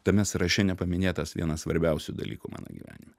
tame sąraše nepaminėtas vienas svarbiausių dalykų mano gyvenime